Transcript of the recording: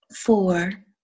Four